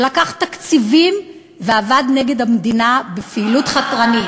שלקח תקציבים ועבד נגד המדינה בפעילות חתרנית.